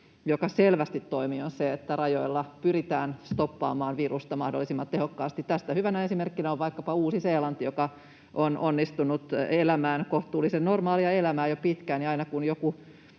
joka selvästi toimii, on se, että rajoilla pyritään stoppaamaan virusta mahdollisimman tehokkaasti. Tästä hyvänä esimerkkinä on vaikkapa Uusi-Seelanti, joka on onnistunut elämään kohtuullisen normaalia elämää jo pitkään,